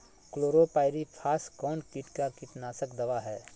Chlorpyrifos कौन किट का कीटनाशक दवा है?